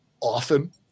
often